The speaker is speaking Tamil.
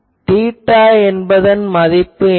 θn என்பதன் மதிப்பு என்ன